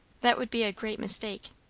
that would be a great mistake.